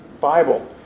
Bible